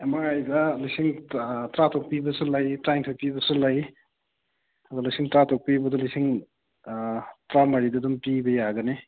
M ꯃꯥꯏꯗ ꯂꯤꯁꯤꯡ ꯇ꯭ꯔꯥꯇꯨꯛ ꯄꯤꯕꯁꯨ ꯂꯩ ꯇ꯭ꯔꯥꯟꯊꯣꯏ ꯄꯤꯕꯁꯨ ꯂꯩ ꯑꯗꯣ ꯂꯤꯁꯤꯡ ꯇ꯭ꯔꯥꯇꯨꯛ ꯄꯤꯕꯗꯣ ꯂꯤꯁꯤꯡ ꯇ꯭ꯔꯥꯃꯔꯤꯗ ꯑꯗꯨꯝ ꯄꯤꯕ ꯌꯥꯒꯅꯤ